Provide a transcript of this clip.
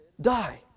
die